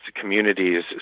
communities